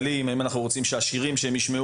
היום לא הספקת לשקר